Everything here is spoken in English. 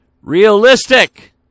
Realistic